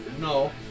No